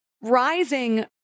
rising